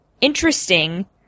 interesting